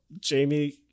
Jamie